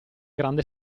grande